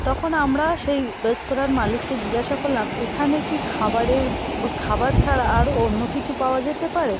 তখন আমরা সেই রেস্তোরাঁর মালিককে জিজ্ঞাসা করলাম এখানে কি খাবারের খাবার ছাড়া আরও অন্য কিছু পাওয়া যেতে পারে